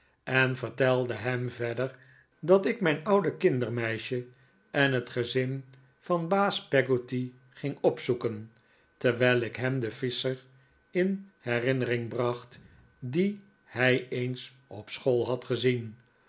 en vertelde hem verder dat ik mijn oude kindermeisje en het gezin van baas peggotty ging opzoeken terwijl ik hem den visscher in herinnering bracht dien hij eens op school had gezien